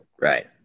Right